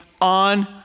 on